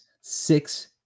Six